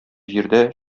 җирдә